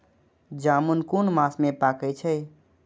जामून कुन मास में पाके छै?